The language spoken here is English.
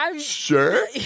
sure